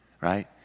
right